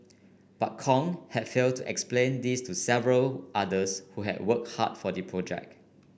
but Kong had failed to explain this to several others who had worked hard for the project